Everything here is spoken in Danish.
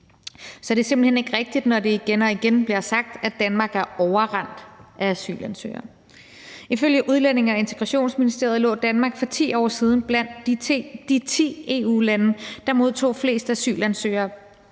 Så det er simpelt hen ikke rigtigt, når det igen og igen bliver sagt, at Danmark er overrendt af asylansøgere. Ifølge Udlændinge- og Integrationsministeriet lå Danmark for 10 år siden blandt de ti EU-lande, der modtog flest asylansøgere